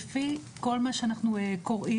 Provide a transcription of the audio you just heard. לפי כל מה שאנחנו קוראים,